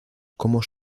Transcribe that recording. como